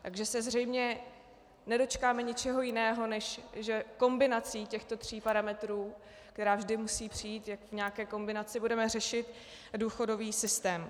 Takže se zřejmě nedočkáme ničeho jiného, než že kombinací těchto tří parametrů, které vždy musí přijít v nějaké kombinaci, budeme řešit důchodový systém.